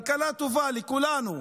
כלכלה טובה לכולנו?